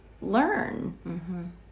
learn